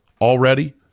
already